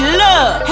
love